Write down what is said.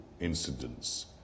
incidents